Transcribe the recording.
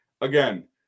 again